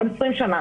בעוד 20 שנה.